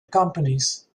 companies